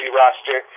roster